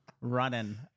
running